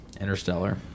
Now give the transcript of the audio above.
Interstellar